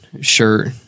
shirt